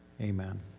Amen